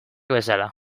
bezala